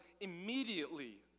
immediately